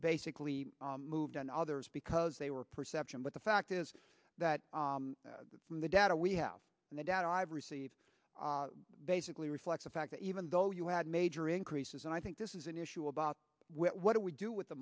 basically moved on others because they were perception but the fact is that the data we have and the data i've received basically reflects the fact that even though you had major increases and i think this is an issue about what do we do with the